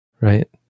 right